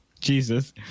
Jesus